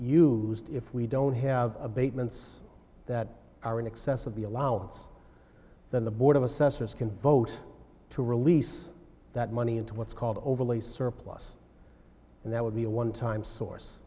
used if we don't have abatements that are in excess of the allowance then the board of assessors can vote to release that money into what's called overlay surplus and that would be a one time source